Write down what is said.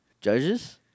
Judges